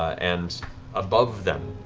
and above them,